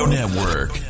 Network